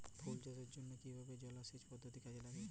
ফুল চাষের জন্য কিভাবে জলাসেচ পদ্ধতি কাজে লাগানো যাই?